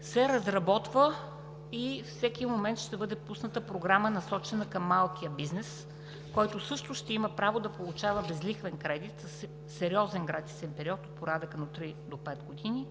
се разработва и всеки момент ще бъде пусната програма, насочена към малкия бизнес, който също ще има право да получава безлихвен кредит със сериозен гратисен период от порядъка на три до пет години